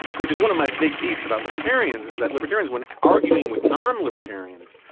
which is one of my big beefs about libertarians is that libertarians, when arguing with non-libertarians,